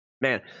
Man